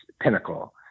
pinnacle